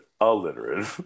Illiterate